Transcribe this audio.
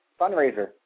fundraiser